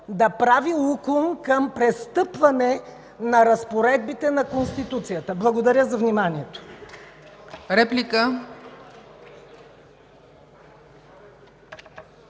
да прави уклон към престъпване на разпоредбите на Конституцията. Благодаря за вниманието.